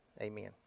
Amen